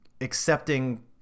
accepting